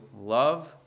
love